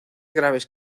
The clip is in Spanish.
graves